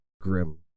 grim